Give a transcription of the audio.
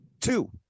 two